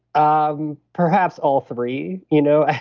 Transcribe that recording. um perhaps all three. you know ah